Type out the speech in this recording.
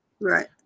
right